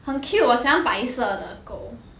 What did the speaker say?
很 cute 我喜欢白色的狗